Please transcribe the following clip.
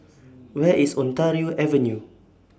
Where IS Ontario Avenue